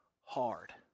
hard